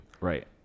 Right